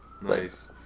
Nice